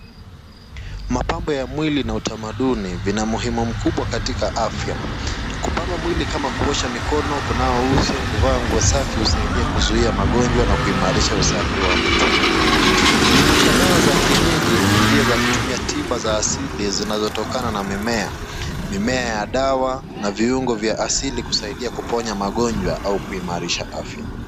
Mapambo ya mwili na utamaduni vina muhimu mkubwa katika afya. Kupamba mwili kama kuosha mikono, kunawa uso, kuvaa nguo safi husaidia kupunguza magonjwa na kuimarisha usafi wa mtu. Jumuisha dawa za kienyeji ni njia za kutumia tiba za asili zinazotokana na mimea. Mimea ya dawa na viungo kwa asili kusaidia kuponya magonjwa au kuimarisha afya.